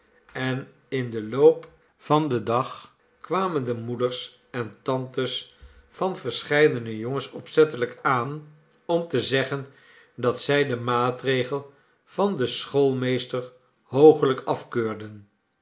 en in den loop van den dag kwamen de moeders en tantes van verscheidene jongens opzettelijk aan om te zeggen dat zij den maatregel van den schoolmeester hoogelijk afkeurden